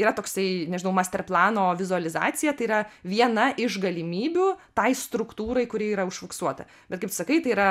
yra toksai nežinau master plano vizualizacija tai yra viena iš galimybių tai struktūrai kuri yra užfiksuota bet kaip tu sakai tai yra